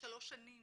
שלוש שנים